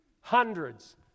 Hundreds